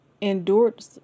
endured